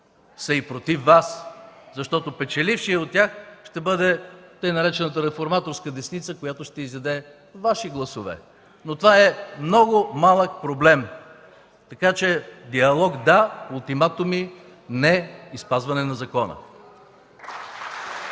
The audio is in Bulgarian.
са и против Вас, защото печелившият от тях ще бъде така наречената „реформаторска десница”, която ще изяде Ваши гласове. Това обаче е много малък проблем. Така че: диалог – да, ултиматуми – не! И спазване на закона!